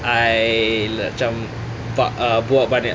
I macam tak uh buat banyak